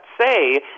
say